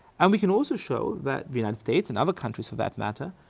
and we can also show that the united states, and other countries for that matter,